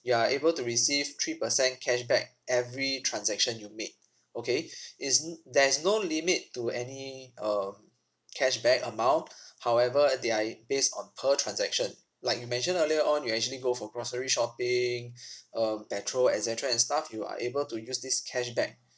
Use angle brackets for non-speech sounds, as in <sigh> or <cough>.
you are able to receive three percent cashback every transaction you make okay is <noise> there is no limit to any um cashback amount however uh they are based on per transaction like you mentioned earlier on you actually go for grocery shopping um petrol et cetera and stuff you are able to use this cashback